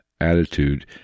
attitude